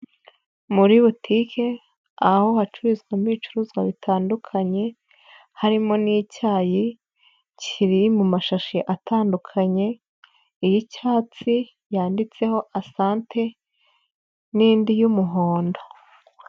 Muri butike, aho hacururizwamo ibicuruzwa bitandukanye, harimo n'icyayi, kiri mu mashashi atandukanye, iy'icyatsi yanditseho asante n'indi y'umuhondo.